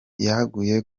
yaguye